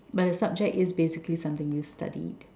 but the subject is basically something you've studied